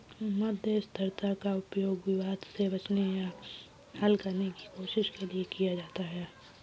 मध्यस्थता का उपयोग विवाद से बचने या हल करने की कोशिश के लिए किया जाता हैं